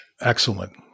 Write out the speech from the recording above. Excellent